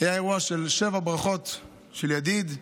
היה אירוע שבע ברכות של ידיד,